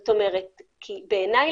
בעיני,